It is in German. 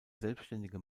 selbständige